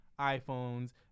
iPhones